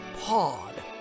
Pod